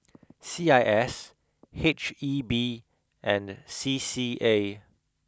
C I S H E B and C C A